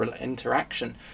interaction